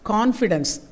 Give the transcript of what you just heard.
Confidence